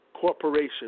Corporation